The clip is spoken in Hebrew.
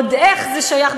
ועוד איך זה שייך.